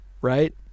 right